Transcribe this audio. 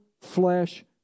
flesh